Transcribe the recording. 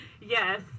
Yes